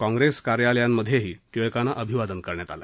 काँप्रेस कार्यालयांमधेही टिळकांना अभिवादन करण्यात आलं